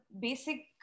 basic